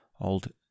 old